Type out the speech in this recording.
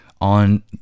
On